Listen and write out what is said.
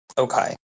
Okay